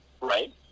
right